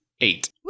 Eight